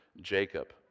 Jacob